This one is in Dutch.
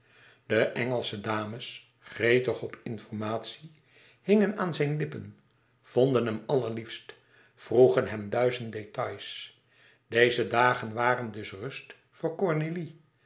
de engelsche dames gretig op informatie hingen aan zijne lippen vonden hem allerliefst vroegen hem duizend details deze dagen waren dus rust voor cornélie